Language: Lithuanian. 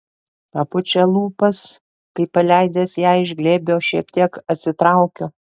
papučia lūpas kai paleidęs ją iš glėbio šiek tiek atsitraukiu